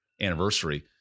anniversary